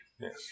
Yes